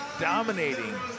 dominating